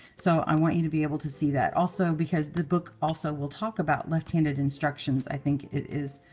so i want you to be able to see that. also, because the book also will talk about left-handed instructions, i think it is